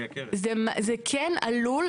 זה כן עלול,